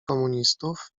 komunistów